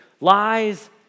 Lies